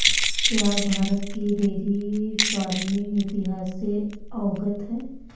क्या आप भारत के डेयरी फार्मिंग इतिहास से अवगत हैं?